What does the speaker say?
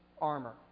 armor